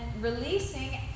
releasing